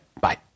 bye